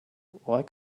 why